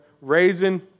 Raising